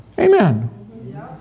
Amen